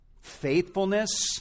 faithfulness